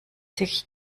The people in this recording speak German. sich